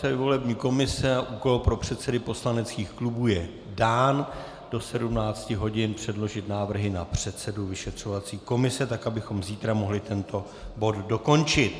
Úkol pro předsedy poslaneckých klubů je dán do 17 hodin předložit návrhy na předsedu vyšetřovací komise, tak abychom zítra mohli tento bod dokončit.